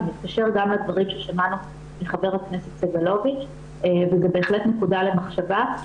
זה מתקשר לדברים ששמענו מח"כ סגלוביץ וזה בהחלט נקודה למחשבה.